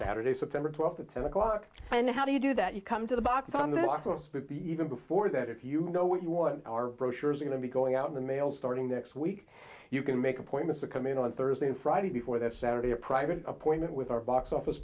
september twelfth at seven o'clock and how do you do that you come to the box on this even before that if you know what you want are brochures going to be going out in the mail starting next week you can make appointments to come in on thursday and friday before the saturday or private appointment with our box office